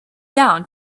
down